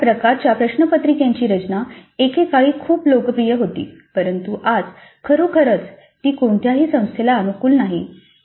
आता या प्रकारच्या प्रश्नपत्रिकेची रचना एकेकाळी खूप लोकप्रिय होती परंतु आज खरोखरच ती कोणत्याही संस्थेला अनुकूल नाही